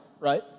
Right